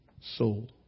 soul